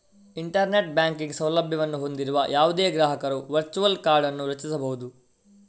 internet banking ಸೌಲಭ್ಯವನ್ನು ಹೊಂದಿರುವ ಯಾವುದೇ ಗ್ರಾಹಕರು ವರ್ಚುವಲ್ ಕಾರ್ಡ್ ಅನ್ನು ರಚಿಸಬಹುದು